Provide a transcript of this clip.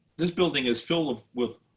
this building is filled with